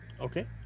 Okay